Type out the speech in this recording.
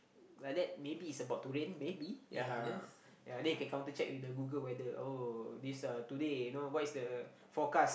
like that maybe it's about to rain maybe ya ya then you can counter check with the Google weather oh this uh today know what is the forecast